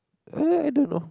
err I don't know